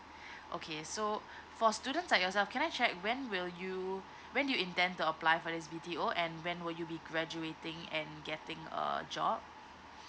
okay so for students like yourself can I check when will you when do you intend to apply for this B_T_O and when will you be graduating and getting a job